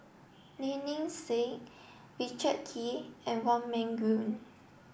Lynnette Seah Richard Kee and Wong Meng Voon